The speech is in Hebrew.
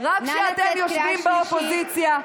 קריאה שלישית.